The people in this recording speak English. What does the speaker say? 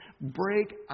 break